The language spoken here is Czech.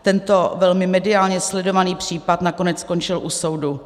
Tento velmi mediálně sledovaný případ nakonec skončil u soudu.